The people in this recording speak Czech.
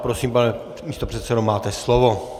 Prosím, pane místopředsedo, máte slovo.